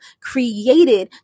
created